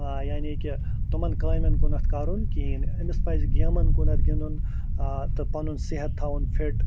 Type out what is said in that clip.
یعنی کہِ تِمَن کامین کُنَتھ کَرُن کِہیٖنۍ أمِس پَزِ گیمَن کُنَتھ گِندُن آ تہٕ پَنُن صحت تھاوُن فِٹ